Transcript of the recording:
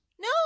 No